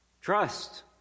trust